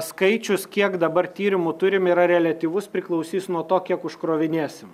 skaičius kiek dabar tyrimų turim yra reliatyvus priklausys nuo to kiek užkrovinėsim